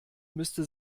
müsste